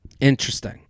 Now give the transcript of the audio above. Interesting